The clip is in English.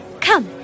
Come